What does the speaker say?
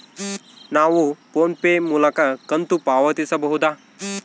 ನಾವು PhonePe ಮೂಲಕ ಕಂತು ಪಾವತಿಸಬಹುದಾ?